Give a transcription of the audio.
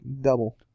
Double